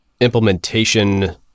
implementation